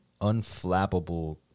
unflappable